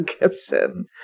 gibson